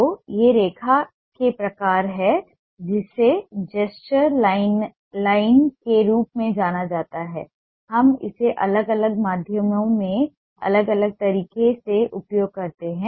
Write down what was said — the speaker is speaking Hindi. तो ये रेखा के प्रकार हैं जिसे जेस्चर लाइन के रूप में जाना जाता है हम इसे अलग अलग माध्यमों में अलग अलग तरीके से उपयोग करते हैं